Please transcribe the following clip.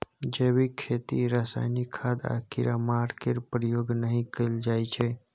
जैबिक खेती रासायनिक खाद आ कीड़ामार केर प्रयोग नहि कएल जाइ छै